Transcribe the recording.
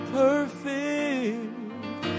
perfect